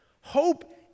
Hope